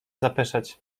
zapeszać